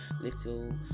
little